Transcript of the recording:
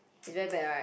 it's very bad right